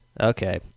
Okay